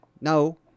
No